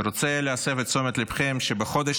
אני רוצה להסב את תשומת ליבכם לכך שבחודש